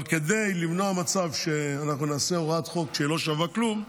כדי למנוע מצב שנעשה הוראת חוק שלא שווה כלום,